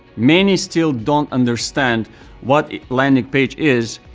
many still don't understand what a landing page is,